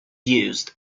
used